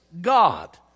God